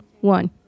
one